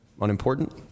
unimportant